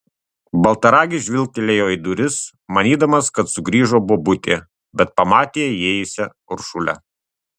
baltaragis žvilgtelėjo į duris manydamas kad sugrįžo bobutė bet pamatė įėjusią uršulę